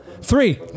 Three